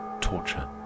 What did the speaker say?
torture